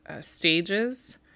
stages